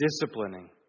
disciplining